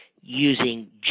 using